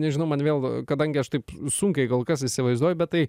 nežinau man vėl a kadangi aš taip sunkiai kol kas įsivaizduoju bet tai